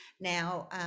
now